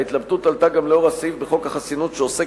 ההתלבטות עלתה גם לאור הסעיף בחוק החסינות שעוסק